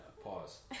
Pause